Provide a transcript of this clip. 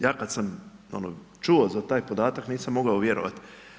Ja kad sam ono čuo za taj podatak nisam mogao vjerovati.